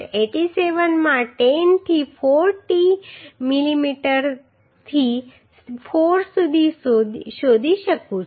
87 માં 10 થી 4 t મિલીમીટરથી 4 સુધી શોધી શકું છું